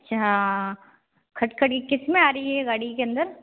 अच्छा खटखटी किसमें आ रही है गाड़ी के अंदर